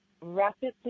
rapidly